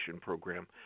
Program